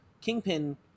Kingpin